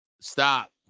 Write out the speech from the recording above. Stop